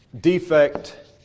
defect